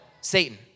Satan